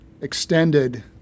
extended